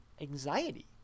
anxiety